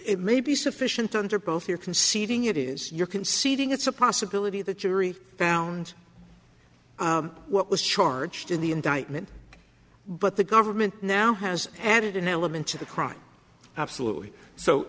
it may be sufficient under both your conceding it is your conceding it's a possibility that yuri found what was charged in the indictment but the government now has added an element to the crime absolutely so